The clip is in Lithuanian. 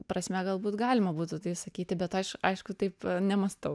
prasme galbūt galima būtų taip sakyti bet aiš aišku taip nemąstau